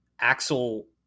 Axel